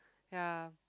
ya